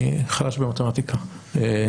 אני חלש במתמטיקה.